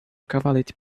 cavalete